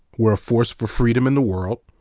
we're a force for freedom in the world,